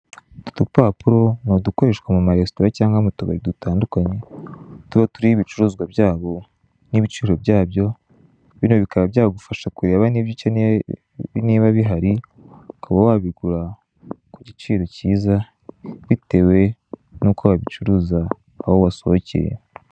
Utu dupapuro ni udukoreshwa mu maresitora cyangwa m'utubari dutandukanye tuba turiho ibicuruzwa byaho n'ibiciro byabyo bino bikaba byakufasha kureba niba ibyo ukeneye niba bihari ukaba wabigura kugiciro cyiza bitewe nuko babicuruza aho wasohokeye.